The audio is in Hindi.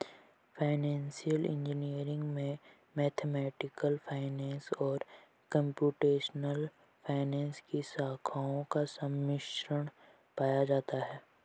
फाइनेंसियल इंजीनियरिंग में मैथमेटिकल फाइनेंस और कंप्यूटेशनल फाइनेंस की शाखाओं का सम्मिश्रण पाया जाता है